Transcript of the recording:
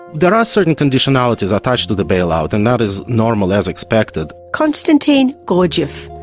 there are certain conditionalities attached to the bailout and that is normal, as expected. constantin gurdgiev,